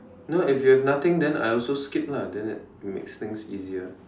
no if you have nothing then I also skip lah then that makes things easier